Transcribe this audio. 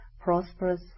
prosperous